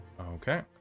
Okay